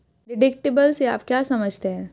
Deductible से आप क्या समझते हैं?